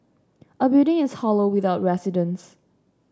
a building is hollow without residents